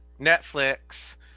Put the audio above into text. Netflix